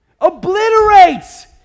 obliterates